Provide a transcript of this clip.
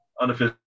unofficial